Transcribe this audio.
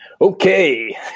okay